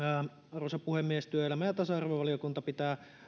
arvoisa puhemies työelämä ja tasa arvovaliokunta pitää